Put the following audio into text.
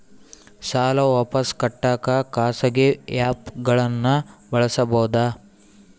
ಸಾಲ ವಾಪಸ್ ಕಟ್ಟಕ ಖಾಸಗಿ ಆ್ಯಪ್ ಗಳನ್ನ ಬಳಸಬಹದಾ?